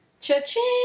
Cha-ching